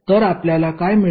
तर आपल्याला काय मिळेल